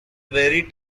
very